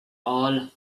all